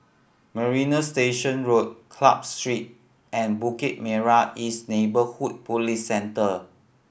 Marina Station Road Club Street and Bukit Merah East Neighbourhood Police Centre